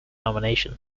nomination